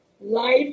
Life